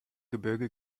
gebirge